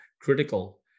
critical